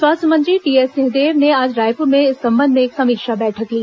स्वास्थ्य मंत्री टीएस सिंहदेव ने आज रायपुर में इस संबंध में एक समीक्षा बैठक ली